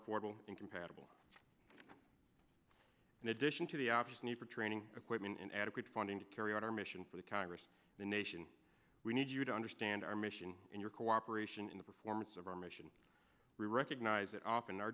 affordable incompatible in addition to the obvious need for training equipment and adequate funding to carry out our mission for the congress the nation we need you to understand our mission and your cooperation in the performance of our mission we recognize that often our